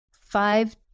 five